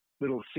Little